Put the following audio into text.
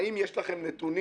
האם יש לכם נתונים?